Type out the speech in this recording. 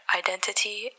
identity